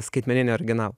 skaitmeninį original